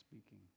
speaking